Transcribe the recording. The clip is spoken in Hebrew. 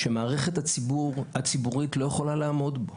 שהמערכת הציבורית לא יכולה לעמוד בהם.